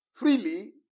freely